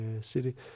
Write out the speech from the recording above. city